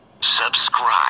Subscribe